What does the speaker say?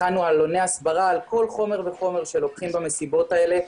הכנו עלוני הסברה על כל חומר וחומר שלוקחים במסיבות האלה,